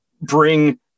Bring